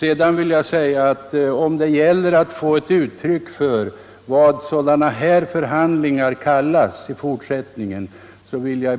Sedan vill jag säga att om det gäller att få ett uttryck för vad sådana — Lagförslag om här förhandlingar kallas så fördömer jag